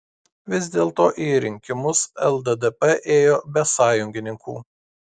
vis dėlto į rinkimus lddp ėjo be sąjungininkų